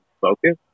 focus